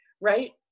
right